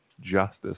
justice